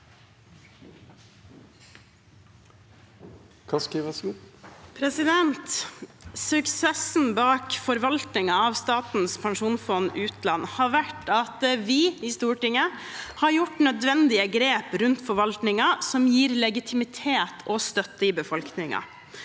Suksessen bak forvaltningen av Statens pensjonsfond utland har vært at vi i Stortinget har gjort nødvendige grep rundt forvaltningen, som gir legitimitet og støtte i befolkningen.